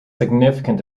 significant